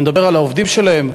אני מדבר על העובדים שלהם,